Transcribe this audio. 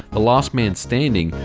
a last-man-standing,